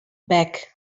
back